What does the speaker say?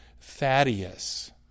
Thaddeus